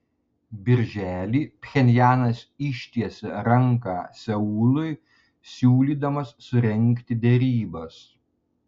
birželį pchenjanas ištiesė ranką seului siūlydamas surengti derybas